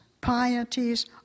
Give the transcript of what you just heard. pieties